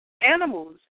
animals